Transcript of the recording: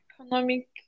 economic